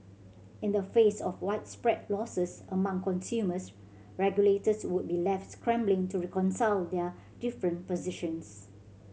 in the face of widespread losses among consumers regulators would be left scrambling to reconcile their different positions